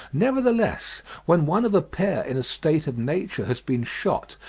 nevertheless when one of a pair in a state of nature has been shot,